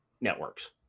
networks